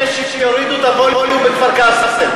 אז תבקש שיורידו את הווליום בכפר-קאסם.